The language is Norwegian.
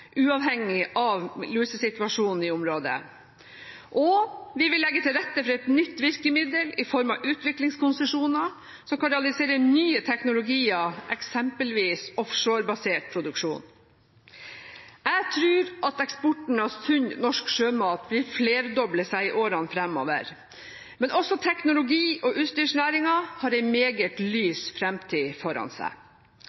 uavhengig av lusesituasjonen i området. Og vi vil legge til rette for et nytt virkemiddel i form av utviklingskonsesjoner som kan realisere nye teknologier, eksempelvis offshorebasert produksjon. Jeg tror at eksporten av sunn norsk sjømat vil flerdoble seg i årene fremover, men også teknologi- og utstyrsnæringen har en meget lys fremtid foran seg.